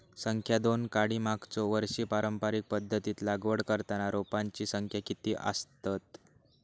संख्या दोन काडी मागचो वर्षी पारंपरिक पध्दतीत लागवड करताना रोपांची संख्या किती आसतत?